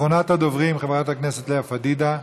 אחרונת הדוברים, חברת הכנסת לאה פדידה.